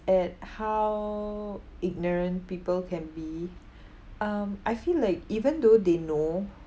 at how ignorant people can be um I feel like even though they know